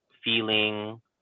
feeling